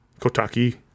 Kotaki